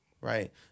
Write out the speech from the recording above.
Right